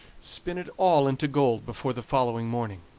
spin it all into gold before the following morning.